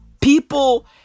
People